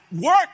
work